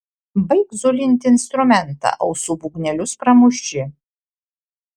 baik zulinti instrumentą ausų būgnelius pramuši